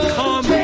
come